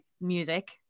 music